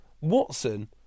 Watson